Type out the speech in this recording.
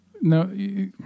no